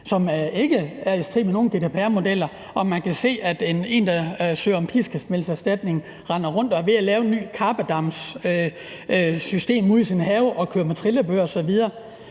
og hvis et forsikringsselskab f.eks. kan se, at en, der søger om piskesmældserstatning, render rundt og er ved at lave et nyt karpedamsystem ude i sin have og kører med trillebør osv.,